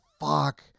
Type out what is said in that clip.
fuck